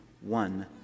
one